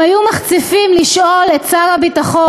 הם היו מחציפים לשאול את שר הביטחון: